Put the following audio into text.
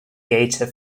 theatre